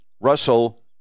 Russell